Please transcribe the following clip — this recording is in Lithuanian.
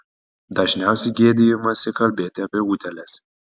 dažniausiai gėdijamasi kalbėti apie utėles